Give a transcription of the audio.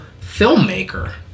filmmaker